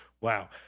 Wow